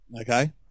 okay